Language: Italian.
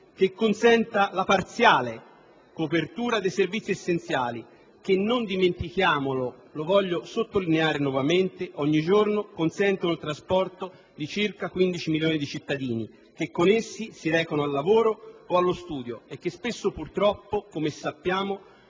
che consenta la parziale copertura dei servizi essenziali che - non dimentichiamolo (voglio sottolinearlo nuovamente) - ogni giorno consentono il trasporto di circa 15 milioni di cittadini che con essi si recano al lavoro o nei luoghi di studio e che spesso, purtroppo - come sappiamo